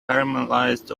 caramelized